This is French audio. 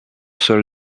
seul